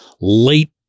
late